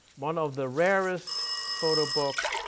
one of the rarest photo book,